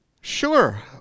sure